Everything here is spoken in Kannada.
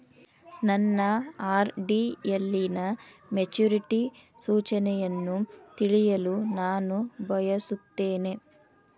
ನನ್ನ ಆರ್.ಡಿ ಯಲ್ಲಿನ ಮೆಚುರಿಟಿ ಸೂಚನೆಯನ್ನು ತಿಳಿಯಲು ನಾನು ಬಯಸುತ್ತೇನೆ